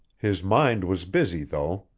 his mind was busy, though.